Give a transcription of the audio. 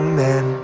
men